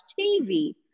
TV